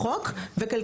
של החוק וכלכליות.